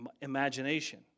imagination